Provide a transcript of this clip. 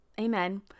amen